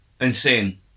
insane